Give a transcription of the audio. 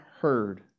heard